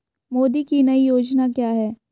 मोदी की नई योजना क्या है?